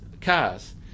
cars